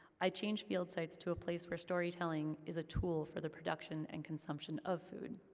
i changed field sites to a place where storytelling is a tool for the production and consumption of food.